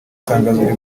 tangazo